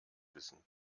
wissen